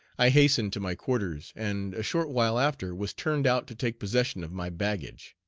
i hastened to my quarters, and a short while after was turned out to take possession of my baggage.